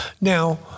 Now